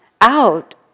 out